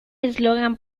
eslogan